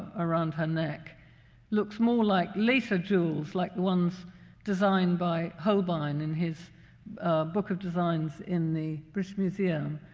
around her neck looks more like later jewels, like the ones designed by holbein in his book of designs in the british museum,